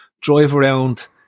drive-around